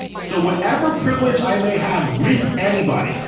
so whatever privilege i may have with anybody.